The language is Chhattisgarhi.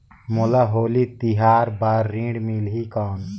मोला होली तिहार बार ऋण मिलही कौन?